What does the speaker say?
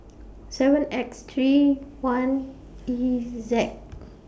seven X three one E Z